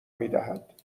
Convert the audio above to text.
میدهد